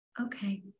Okay